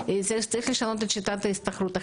צריך לשנות את שיטת ההשתכרות,